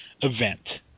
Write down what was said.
event